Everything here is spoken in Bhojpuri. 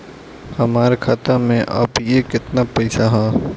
हमार खाता मे अबही केतना पैसा ह?